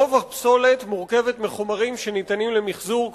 רוב הפסולת מורכבת מחומרים שניתנים למיחזור,